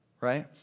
Right